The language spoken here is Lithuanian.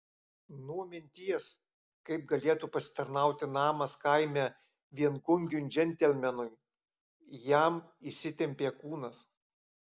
nuo minties kaip galėtų pasitarnauti namas kaime viengungiui džentelmenui jam įsitempė kūnas